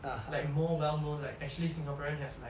like more well known like actually singaporean have like